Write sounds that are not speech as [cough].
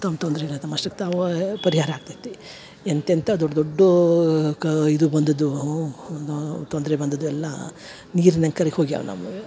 ತಮ್ಮ ತೊಂದರೆ ಇರದು ತಮ್ಮ ಅಷ್ಟಕ್ಕೆ ತಾವೇ ಪರಿಹಾರ ಆಗ್ತೈತಿ ಎಂಥ ಎಂಥ ದೊಡ್ಡ ದೊಡ್ಡೂ ಕ ಇದು ಬಂದದ್ದು ಹ್ಞೂ [unintelligible] ತೊಂದರೆ ಬಂದದ್ದು ಎಲ್ಲಾ ನೀರಿನಂಗೆ ಕರಗಿ ಹೋಗ್ಯಾವ ನಮ್ಮು